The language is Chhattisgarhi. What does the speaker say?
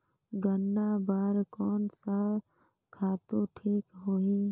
गन्ना बार कोन सा खातु ठीक होही?